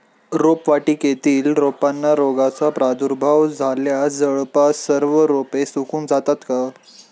रोपवाटिकेतील रोपांना रोगाचा प्रादुर्भाव झाल्यास जवळपास सर्व रोपे सुकून जातात का?